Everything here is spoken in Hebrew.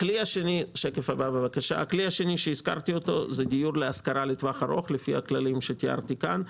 הכלי השני שהזכרתי הוא דיור להשכרה לטווח ארוך לפי הכללים שתיארתי כאן.